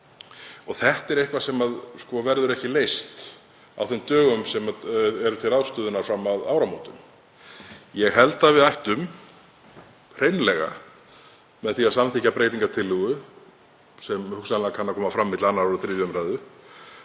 Það er nokkuð sem verður ekki leyst á þeim dögum sem eru til ráðstöfunar fram að áramótum. Ég held að við ættum hreinlega, með því að samþykkja breytingartillögu, sem hugsanlega kann að koma fram milli 2. og 3. umr.,